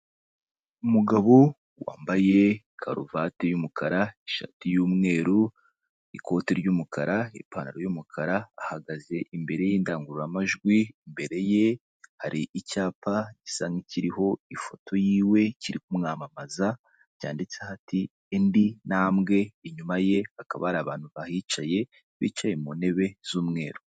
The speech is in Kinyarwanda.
Umugabo wambaye karuvati y'umukara, ishati y'umweru, ikoti ry'umukara, ipantaro y'umukara, ahagaze imbere y'indangururamajwi, imbere ye hari icyapa gisa nk'ikiriho ifoto yiwe kiri kumwamamaza, cyanditseho ati "indi ntambwe" inyuma ye hakaba hari abantu bahicaye bicaye mu ntebe z'umweru.